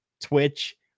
Twitch